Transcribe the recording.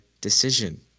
decision